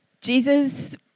Jesus